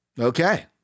Okay